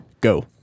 go